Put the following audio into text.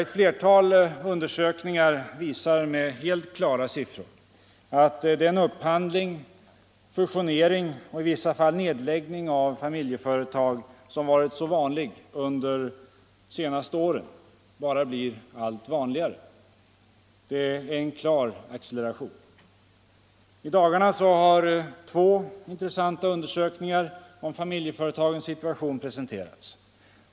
Ett flertal undersökningar visar med Om skattelättnader helt klara siffror att den upphandling, fusionering och i vissa fall ned — för de mindre och läggning av familjeföretag som förekommit i stor utsträckning under medelstora de senaste åren bara blir allt vanligare. Det är en klar acceleration i detta — företagen avseende. I dagarna har två intressanta undersökningar om familjeföretagens situation presenterats.